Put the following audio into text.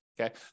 Okay